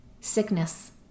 sickness